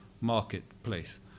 marketplace